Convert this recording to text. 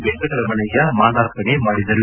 ವೆಂಕಟರಮಣಯ್ಕ ಮಾಲಾರ್ಪಣೆ ಮಾಡಿದರು